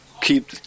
keep